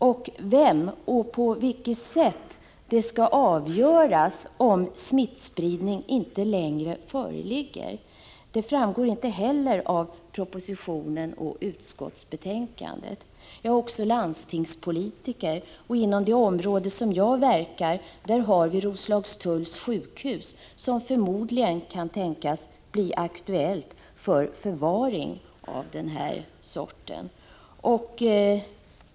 Det framgår inte heller av propositionen eller utskottsbetänkandet av vem och på vilket sätt det skall avgöras om risk för smittspridning inte längre föreligger. Det har också landstingspolitiker påpekat. Inom det område där jag verkar ligger Roslagstulls sjukhus, som förmodligen kan tänkas bli aktuellt för förvaring av denna typ av patienter.